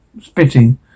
spitting